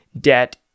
debt